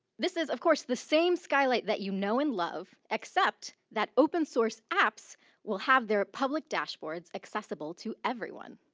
this is of course, the same skylight that you know and love, except that open source apps will have their public dashboards accessible to everyone.